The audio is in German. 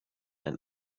ein